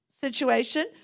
situation